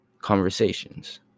conversations